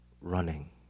running